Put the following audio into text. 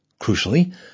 Crucially